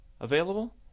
Available